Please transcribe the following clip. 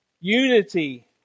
unity